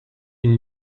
une